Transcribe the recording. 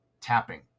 tapping